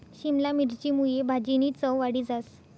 शिमला मिरची मुये भाजीनी चव वाढी जास